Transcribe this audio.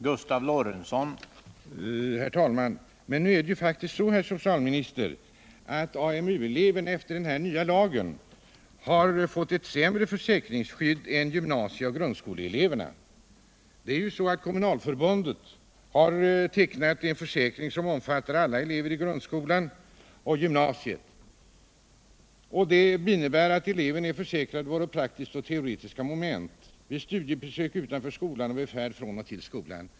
Herr talman! Nu är det faktiskt så, herr socialminister, att AMU-elever efter den nya lagen fått ett sämre försäkringsskydd än gymnasie och " grundskoleelever. Kommunförbundet har tecknat en försäkring som omfattar alla elever i grundskola och gymnasium och som innebär att eleven är försäkrad både vid praktiska och teoretiska moment, vid studiebesök utanför skolorna och färd till och från skolan.